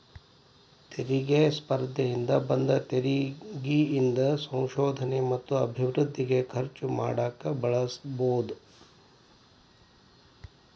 ತೆರಿಗೆ ಸ್ಪರ್ಧೆಯಿಂದ ಬಂದ ತೆರಿಗಿ ಇಂದ ಸಂಶೋಧನೆ ಮತ್ತ ಅಭಿವೃದ್ಧಿಗೆ ಖರ್ಚು ಮಾಡಕ ಬಳಸಬೋದ್